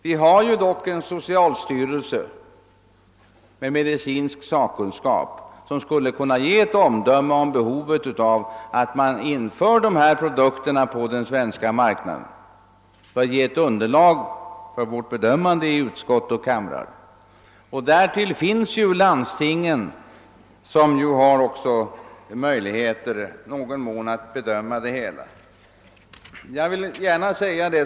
Vi har dock en socialstyrelse med medicinsk sakkunskap som skulle kunna ge ett omdöme om värdet av att dessa produkter införs på den svenska marknaden. Därigenom skulle vi ha kunnat få ett underlag för vårt bedömande av frågan i utskott och kamrar. Därutöver har vi landstingen, som ju också har möjligheter att bedöma det hela.